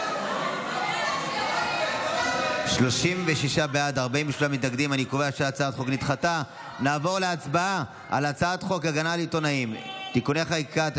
ההצעה להעביר לוועדה את הצעת החוק להגנה על עיתונאים (תיקוני חקיקה),